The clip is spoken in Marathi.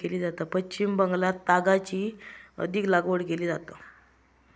पश्चिम बंगालात तागाची अधिक लागवड केली जाता